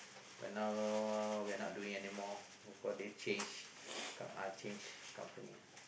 but now we are not doing anymore because they change uh change company